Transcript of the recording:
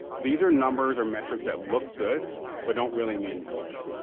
these are numbers or metrics that look good, but don't really mean much.